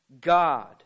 God